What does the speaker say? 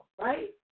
Right